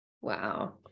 Wow